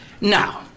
Now